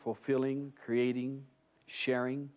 fulfilling creating sharing